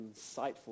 insightful